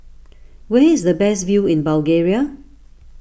where is the best view in Bulgaria